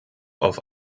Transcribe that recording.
auf